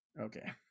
Okay